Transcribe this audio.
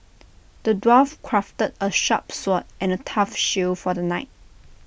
the dwarf crafted A sharp sword and A tough shield for the knight